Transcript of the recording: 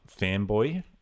fanboy